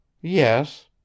Yes